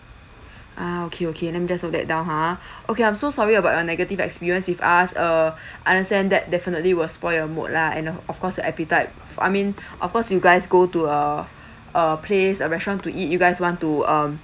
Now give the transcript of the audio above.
ah okay okay let me just note that down ha okay I'm so sorry about your negative experience with us err understand that definitely will spoil your mood lah and of of course your appetite I mean of course you guys go to a a place a restaurant to eat you guys want to um